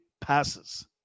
passes